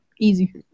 easy